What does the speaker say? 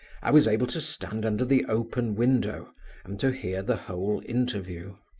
i was able to stand under the open window and to hear the whole interview.